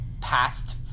past